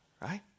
Right